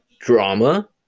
drama